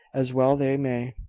as well they may.